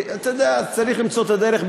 צריך למצוא את הדרך,